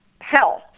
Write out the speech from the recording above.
health